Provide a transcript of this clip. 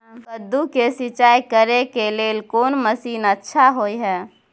कद्दू के सिंचाई करे के लेल कोन मसीन अच्छा होय है?